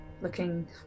looking